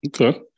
Okay